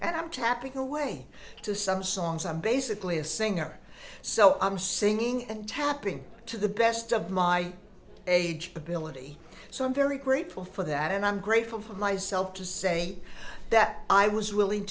and i'm tapping away to some songs i'm basically a singer so i'm singing and tapping to the best of my age ability so i'm very grateful for that and i'm grateful for myself to say that i was willing